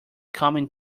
coming